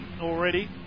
already